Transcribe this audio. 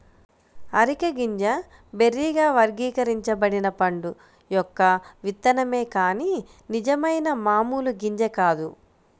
areca గింజ బెర్రీగా వర్గీకరించబడిన పండు యొక్క విత్తనమే కాని నిజమైన మామూలు గింజ కాదు